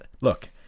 look